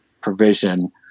provision